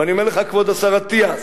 ואני אומר לך, כבוד השר אטיאס,